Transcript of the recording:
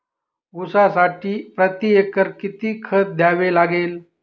ऊसासाठी प्रतिएकर किती खत द्यावे लागेल?